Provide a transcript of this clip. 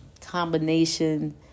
combination